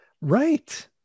Right